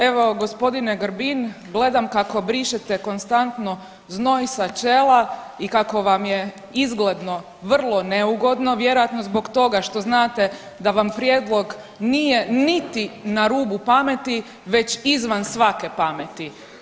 Evo gospodine Grbin gledam kako brišete konstantno znoj sa čela i kako vam je izgledno vrlo neugodno vjerojatno zbog toga što znate da vam prijedlog nije niti na rubu pameti već izvan svake pameti.